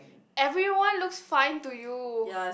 everyone looks fine to you